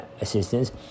assistance